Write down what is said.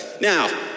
Now